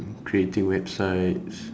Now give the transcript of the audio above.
creating websites